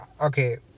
okay